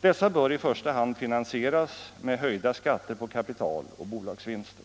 Dessa reformer bör i första hand finansieras med höjda skatter på kapital och bolagsvinster.